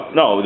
no